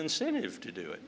incentive to do it